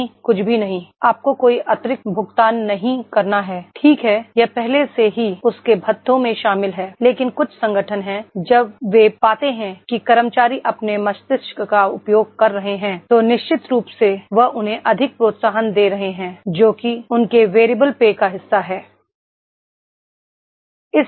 नहीं कुछ भी नहीं आपको कोई अतिरिक्त भुगतान नहीं करना है ठीक है यह पहले से ही उसके भत्तों में शामिल है लेकिन कुछ संगठन हैं जब वे पाते हैं कि कर्मचारी अपने मस्तिष्क का उपयोग कर रहे हैं तो निश्चित रूप से वह उन्हें अधिक प्रोत्साहन दे रहे हैं जो कि उनके वेरिएबल पे का हिस्सा है